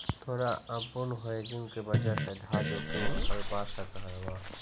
तोरा अपूर्ण हेजिंग के वजह से आधार जोखिम उठावे पड़ सकऽ हवऽ